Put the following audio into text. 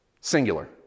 singular